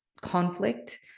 conflict